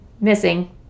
missing